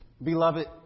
Beloved